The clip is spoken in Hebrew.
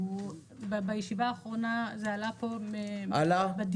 בישיבה האחרונה זה עלה פה בדיונים.